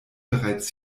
bereits